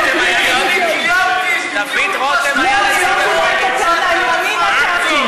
דוד רותם, לא היה נציג לקואליציה,